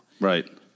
Right